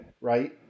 Right